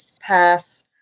pass